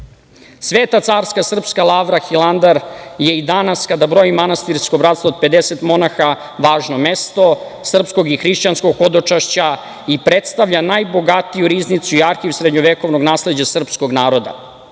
carska srpska lavra Hilandar je i danas, kada broji manastirsko bratstvo od 50 monaha, važno mesto srpskog i hrišćanskog hodočašća i predstavlja najbogatiju riznicu i arhiv srednjovekovnog nasleđa srpskog naroda.Zašto